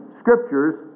scriptures